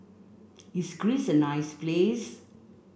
is Greece a nice place